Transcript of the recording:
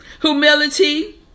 Humility